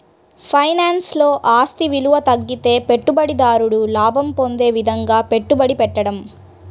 ఫైనాన్స్లో, ఆస్తి విలువ తగ్గితే పెట్టుబడిదారుడు లాభం పొందే విధంగా పెట్టుబడి పెట్టడం